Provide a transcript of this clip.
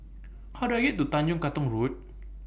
How Do I get to Tanjong Katong Road